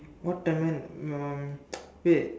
what time ah um wait